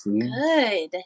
Good